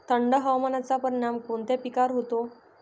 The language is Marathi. थंड हवामानाचा परिणाम कोणत्या पिकावर होतो?